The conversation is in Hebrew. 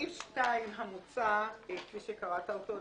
סעיף 2 המוצע, כפי שקראת אותו,